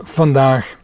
vandaag